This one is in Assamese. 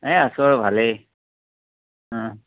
এই আছো আৰু ভালেই